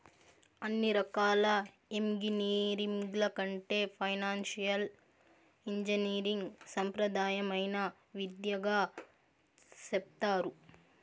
అన్ని రకాల ఎంగినీరింగ్ల కంటే ఫైనాన్సియల్ ఇంజనీరింగ్ సాంప్రదాయమైన విద్యగా సెప్తారు